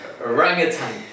Orangutan